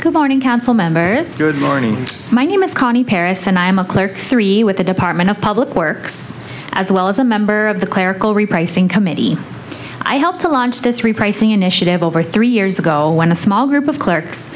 morning council members good morning my name is connie paris and i am a clerks three with the department of public works as well as a member of the clerical repricing committee i helped to launch this repricing initiative over three years ago when a small group of clerks